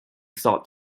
sought